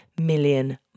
million